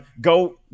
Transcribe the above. go